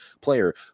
player